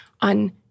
on